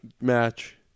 match